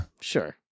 Sure